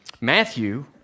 Matthew